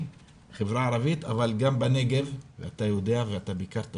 החברה הערבית, אבל גם בנגב, אתה יודע וביקרת שם,